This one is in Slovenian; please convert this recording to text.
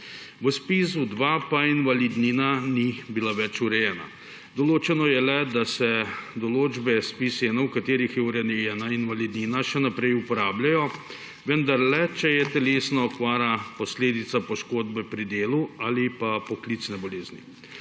V ZPIZ-2 pa invalidnina ni bila več urejena. Določeno je le, da se določbe ZPIZ-1, v katerih je urejena invalidnina, še naprej uporabljajo, vendar le, če je telesna okvara posledica poškodbe pri delu ali poklicne bolezni.